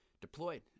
deployed